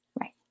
Right